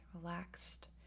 relaxed